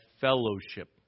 fellowship